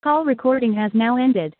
call recording has now ended